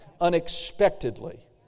unexpectedly